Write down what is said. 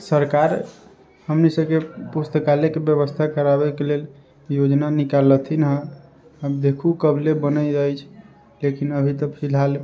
सरकार हमनी सबके पुस्तकालयके बेबस्था कराबैके लेल योजना निकाललथिन हँ आब देखू कबले बनैत अछि लेकिन अभी तऽ फिलहाल